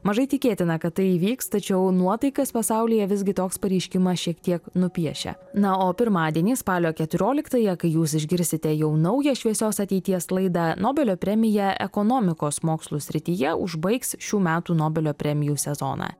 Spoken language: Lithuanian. mažai tikėtina kad tai įvyks tačiau nuotaikas pasaulyje visgi toks pareiškimas šiek tiek nupiešia na o pirmadienį spalio keturioliktąją kai jūs išgirsite jau naują šviesios ateities laidą nobelio premija ekonomikos mokslų srityje užbaigs šių metų nobelio premijų sezoną